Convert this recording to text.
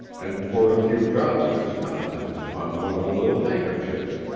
and poured a few drops of its contents upon one of the little handkerchiefs,